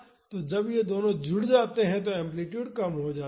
तो जब ये दोनों जुड़ जाते हैं तो एम्पलीटूड कम हो जाता है